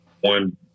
One